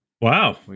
Wow